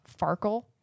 Farkle